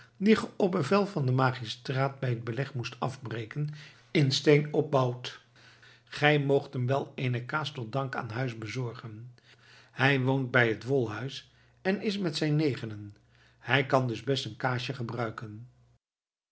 ge op bevel van den magistraat bij het beleg moest afbreken in steen opbouwt gij moogt hem wel eene kaas tot dank aan huis bezorgen hij woont bij het wolhuis en is met zijn negenen hij kan dus best een kaasje gebruiken